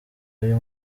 y’uyu